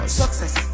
success